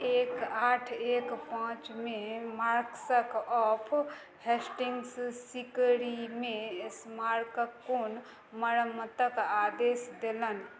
एक आठ एक पाँच मे मार्कसक ऑफ हेस्टिंग्स सीकरीमे स्मारकक कोन मरम्मतक आदेश देलनि